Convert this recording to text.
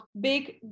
big